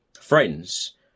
friends